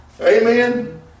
Amen